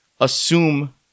assume